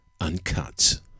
Uncut